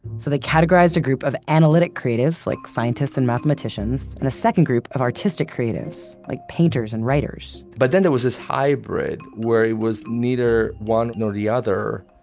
so they categorized a group of analytic creatives like scientists and mathematicians, and a second group of artistic creatives like painters and writers but then there was this hybrid where it was neither one nor the other.